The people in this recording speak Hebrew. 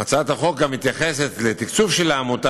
הצעת החוק מתייחסת לתקצוב של העמותה